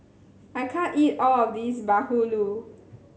I can't eat all of this Bahulu